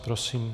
Prosím.